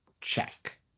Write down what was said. check